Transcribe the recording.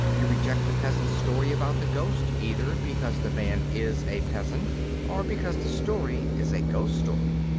you reject the peasant's story about the ghost either because the man is a peasant or because the story is a ghost story.